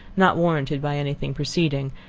not warranted by anything preceding,